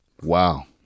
wow